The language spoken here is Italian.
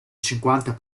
cinquanta